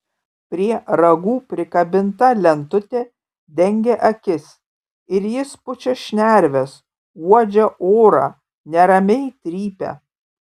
prie ragų prikabinta lentutė dengia akis ir jis pučia šnerves uodžia orą neramiai trypia